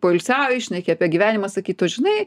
poilsiauji šneki apie gyvenimą sakytų o žinai